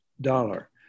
dollar